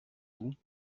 vous